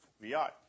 Vi